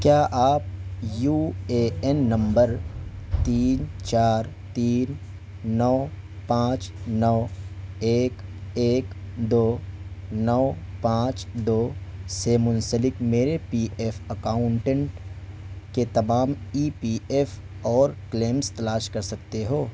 کیا آپ یو اے این نمبر تین چار تین نو پانچ نو ایک ایک دو نو پانچ دو سے منسلک میرے پی ایف اکاؤنٹنٹ کے تمام ای پی ایف اور کلیمس تلاش کر سکتے ہو